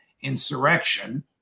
insurrection